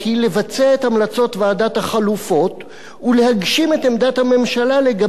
המלצות ועדת החלופות ולהגשים את עמדת הממשלה לגבי הצורך